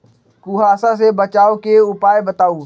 कुहासा से बचाव के उपाय बताऊ?